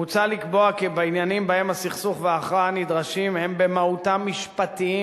מוצע לקבוע כי בעניינים שבהם הסכסוך וההכרעה הנדרשים הם במהותם משפטיים,